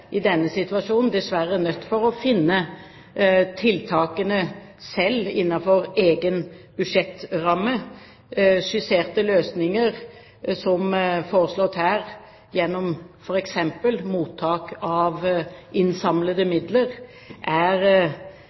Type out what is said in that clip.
i denne situasjonen dessverre er nødt til å finne tiltakene selv innenfor egen budsjettramme. En slik løsning som er foreslått her med f.eks. mottak av innsamlede midler, er